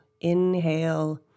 Inhale